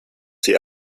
sie